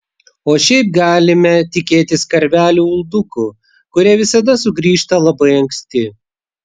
o šiaip galime tikėtis karvelių uldukų kurie visada sugrįžta labai anksti